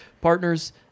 partners